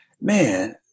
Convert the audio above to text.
man